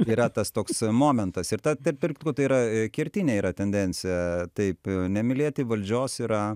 yra tas toks momentas ir ta tarp kitko tai yra kertinė yra tendencija taip nemylėti valdžios yra